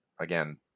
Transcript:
Again